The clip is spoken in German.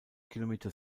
kilometer